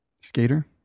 Skater